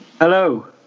Hello